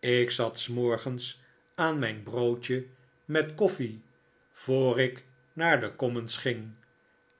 ik zat s morgens aan mijn broodje met ik arrange er een diner koffie voor ik naar de commons ging